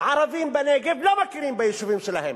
ערבים בנגב, לא מכירים ביישובים שלהם?